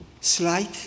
slide